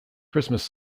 christmas